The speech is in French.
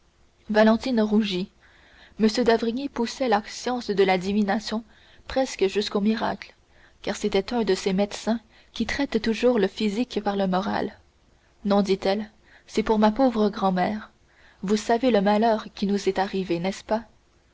valentine rougit m d'avrigny poussait la science de la divination presque jusqu'au miracle car c'était un de ces médecins qui traitent toujours le physique par le moral non dit-elle c'est pour ma pauvre grand-mère vous savez le malheur qui nous est arrivé n'est-ce pas